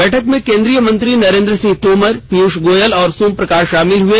बैठक में केन्द्रीय मंत्री नरेन्द्र सिंह तोमर पीयूष गोयल और सोम प्रकाश शामिल हुए